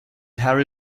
harry